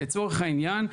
לצורך העניין,